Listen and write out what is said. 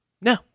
No